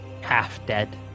half-dead